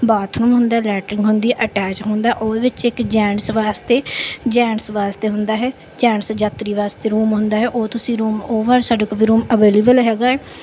bathroom ਹੁੰਦਾ latrine ਹੁੰਦੀ attach ਹੁੰਦਾ ਉਹਦੇ ਵਿੱਚ ਇੱਕ ਜੈਂਟਸ ਵਾਸਤੇ ਜੈਂਟਸ ਵਾਸਤੇ ਹੁੰਦਾ ਹੈ ਜੈਂਟਸ ਯਾਤਰੀ ਵਾਸਤੇ ਰੂਮ ਹੁੰਦਾ ਹੈ ਉਹ ਤੁਸੀਂ ਰੂਮ ਉਹ ਵਾਲੇ ਸਾਡੇ ਕੋਲ ਵੀ ਰੂਮ ਅਵੇਲੇਬਲ ਹੈਗਾ ਏ